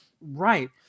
right